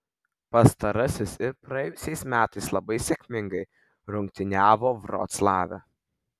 pastarasis ir praėjusiais metais labai sėkmingai rungtyniavo vroclave